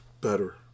better